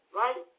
right